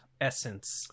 essence